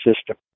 system